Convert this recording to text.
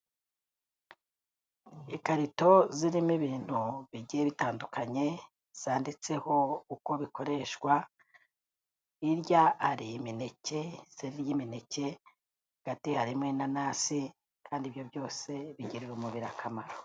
Ikarito zirimo ibintu bigiye bitandukanye, zanditseho uko bikoreshwa, hirya hari imineke, iseri ry'imineke, hagati harimo inanasi, kandi ibyo byose bigirira umubiri akamaro.